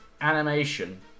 animation